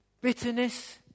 bitterness